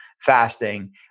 fasting